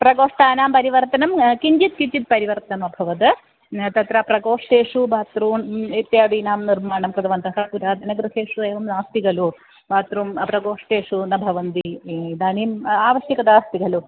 प्रकोष्ठानां परिवर्तनं किञ्चित् किञ्चित् परिवर्तनमभवत् तत्र प्रकोष्ठेषु बात्रूम् इत्यादीनां निर्माणं कृतवन्तः पुरातनगृहेषु एवं नास्ति खलु बात्रूं प्रकोष्ठेषु न भवन्ति इदानीम् आवश्यकता अस्ति खलु